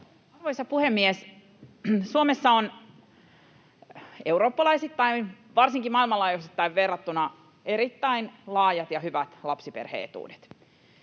Arvoisa puhemies! Suomessa on eurooppalaisittain, varsinkin maailmanlaajuisesti, verrattuna erittäin laajat ja hyvät lapsiperhe-etuudet.